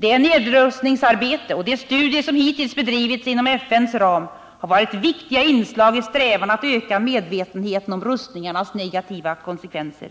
Det nedrustningsarbete och de studier som hittills bedrivits inom FN:s ram har varit viktiga inslag i strävan att öka medvetenheten om rustningarnas negativa konsekvenser.